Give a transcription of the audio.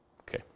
Okay